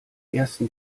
ersten